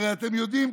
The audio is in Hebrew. הרי אתם יודעים,